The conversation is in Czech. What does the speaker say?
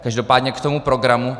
Každopádně k tomu programu.